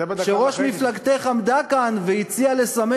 כשראש מפלגתך עמדה כאן והציעה לסמן